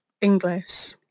English